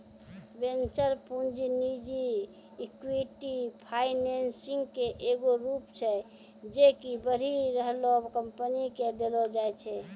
venture पूंजी निजी equity financing के एगो रूप छै जे कि बढ़ि रहलो कंपनी के देलो जाय छै